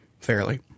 fairly